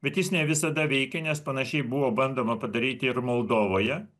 bet jis ne visada veikia nes panašiai buvo bandoma padaryti ir moldovoje